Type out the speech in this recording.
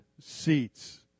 seats